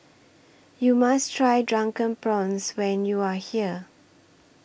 YOU must Try Drunken Prawns when YOU Are here